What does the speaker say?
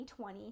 2020